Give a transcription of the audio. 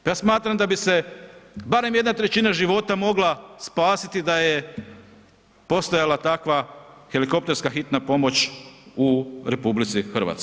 Pa ja smatram da bi se barem jedna trećina života mogla spasiti da je postojala takva helikopterska hitna pomoć u RH.